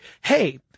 hey